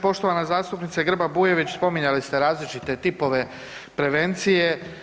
Poštovana zastupnice Grba-Bujević spominjali ste različite tipove prevencije.